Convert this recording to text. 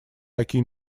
такие